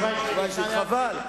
חבל.